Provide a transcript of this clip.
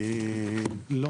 אני לא